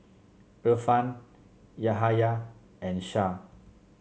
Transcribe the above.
Irfan Yahaya and Shah